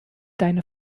deine